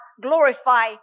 glorify